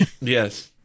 yes